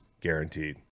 guaranteed